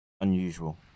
unusual